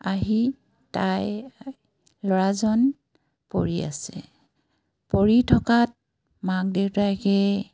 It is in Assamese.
আহি তাই ল'ৰাজন পৰি আছে পৰি থকাত মাক দেউতাকে